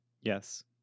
Yes